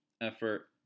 effort